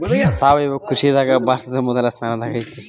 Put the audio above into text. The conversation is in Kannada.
ಸಾವಯವ ಕೃಷಿದಾಗ ಭಾರತ ಮೊದಲ ಸ್ಥಾನದಾಗ ಐತ್ರಿ